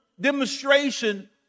demonstration